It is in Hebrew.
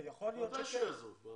ודאי שיעזוב.